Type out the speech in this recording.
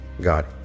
God